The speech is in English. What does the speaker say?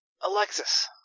Alexis